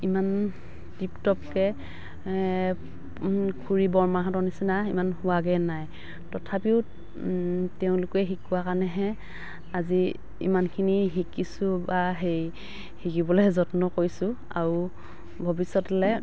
ইমান টিপ টপকে খুৰী বৰমাহঁতৰ নিচিনা ইমান হোৱাগে নাই তথাপিও তেওঁলোকে শিকোৱা কাৰণেহে আজি ইমানখিনি শিকিছোঁ বা সেই শিকিবলে যত্ন কৰিছোঁ আৰু ভৱিষ্য়তলে